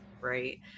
Right